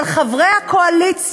אבל, חברי הקואליציה,